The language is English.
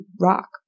Rock